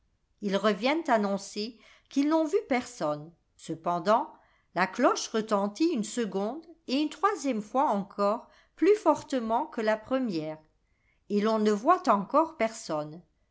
ils reviennent annoncer qu'ils n'ont vu personne cependant la cloche retentit une seconde et une troisième fois encore plus fortement que la première et l'on ne voit encore personne